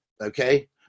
Okay